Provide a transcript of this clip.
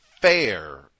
fair